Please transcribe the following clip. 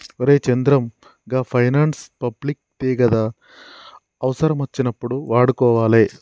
ఒరే చంద్రం, గా finance public దే గదా, అవుసరమచ్చినప్పుడు వాడుకోవాలె